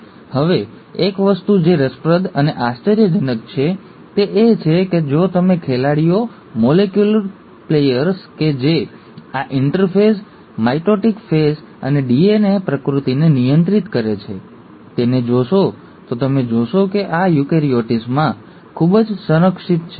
હવે એક વસ્તુ જે રસપ્રદ અને આશ્ચર્યજનક છે તે એ છે કે જો તમે ખેલાડીઓ મોલેક્યુલર પ્લેયર્સ કે જે આ ઇન્ટરફેઝ માઇટોટિક ફેઝ અને ડીએનએ પ્રતિકૃતિને નિયંત્રિત કરે છે તેને જોશો તો તમે જોશો કે તેઓ યુકેરીયોટ્સમાં ખૂબ સંરક્ષિત છે